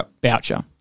Boucher